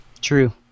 True